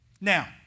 Now